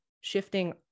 shifting